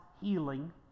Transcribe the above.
healing